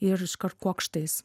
ir iškart kuokštais